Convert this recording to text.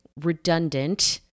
redundant